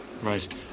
Right